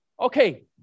okay